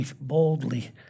boldly